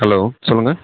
hello சொல்லுங்க